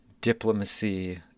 diplomacy